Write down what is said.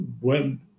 web